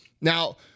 Now